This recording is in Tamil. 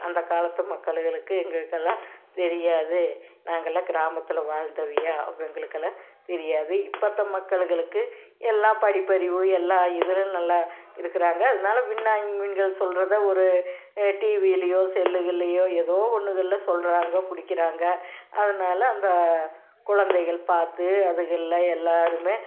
அந்த காலத்து மக்கள்களுக்கு எங்களுக்கெல்லாம் தெரியாது நாங்கெல்லாம் கிராமத்தில் வாழ்ந்தவிய அவங்களுக்கெல்லாம் தெரியாது இப்போதான் மக்கள்களுக்கு எல்லாம் படிப்பறிவு எல்லா இதுலையும் நல்லா இருக்குறாங்க அதனால விஞ்ஞானிகள் சொல்றதை ஒரு டிவியிலையோ செல்லுகள்லையோ எதோ ஒன்றுகள்ல சொல்லுறாங்க பிடிக்கிறாங்க அதனால அந்த குழந்தைகள் பார்த்து அதுகளில் எல்லாருமே